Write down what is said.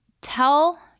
tell